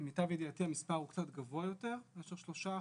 למיטב ידיעתי המספר הוא קצת גבוה יותר מאשר שלושה אחוזים.